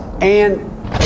and-